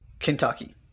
Kentucky